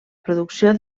producció